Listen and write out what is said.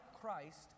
Christ